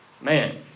Man